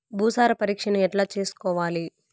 భూసార పరీక్షను ఎట్లా చేసుకోవాలి?